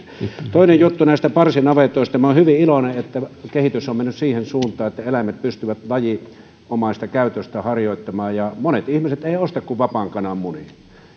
toinen juttu näistä parsinavetoista minä olen hyvin iloinen että kehitys on mennyt siihen suuntaan että eläimet pystyvät lajinomaista käytöstä harjoittamaan monet ihmiset eivät osta kuin vapaan kanan munia